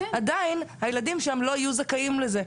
עדין הילדים שם לא יהיו זכאים לזה.